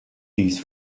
these